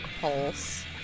pulse